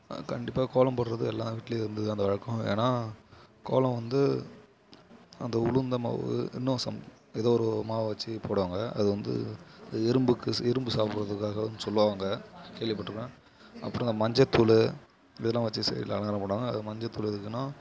கண்டிப்பாக கோலம் போடுறது எல்லா வீட்டுலியும் இருந்தது அந்த வழக்கம் ஏன்னா கோலம் வந்து அந்த உளுந்த மாவு இன்னும் சம் ஏதோ ஒரு மாவை வெச்சு போடுவாங்க அது வந்து அது எறும்புக்கு எறும்பு சாப்பிடுறதுக்காக வந்து சொல்வாங்க கேள்விப்பட்டிருக்கேன் அப்பறம் இந்த மஞ்சத்தூள் இதலாம் வெச்சு சைடில் அலங்காரம் பண்ணுவாங்க அது மஞ்சத்தூள் எதுக்குன்னா